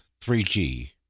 3G